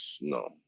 no